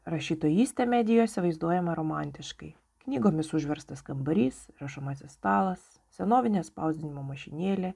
rašytojystė medijose vaizduojama romantiškai knygomis užverstas kambarys rašomasis stalas senovinė spausdinimo mašinėlė